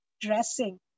dressing